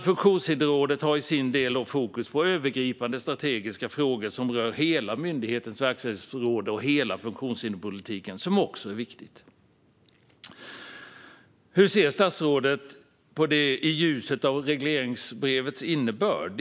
Funktionshindersrådet har i sin del fokus på övergripande strategiska frågor som rör hela myndighetens verksamhetsområde och hela funktionshinderspolitiken. Det är också viktigt. Hur ser statsrådet på detta i ljuset av regleringsbrevets innebörd?